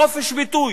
לחופש ביטוי,